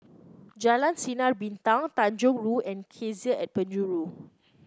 Jalan Sinar Bintang Tanjong Rhu and Cassia at Penjuru